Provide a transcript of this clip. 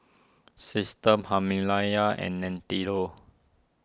Systema Himalaya and Nintendo